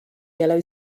yellow